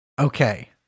Okay